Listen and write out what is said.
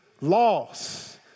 loss